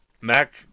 Mac